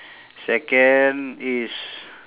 second is